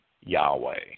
Yahweh